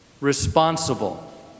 Responsible